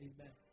Amen